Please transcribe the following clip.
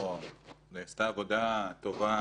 אבל פה לא דיברנו על טכנולוגיות,